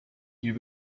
you